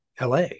LA